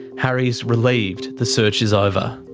harry's relieved the search is over.